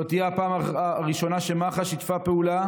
זו לא תהיה הפעם הראשונה שמח"ש שיתפה פעולה,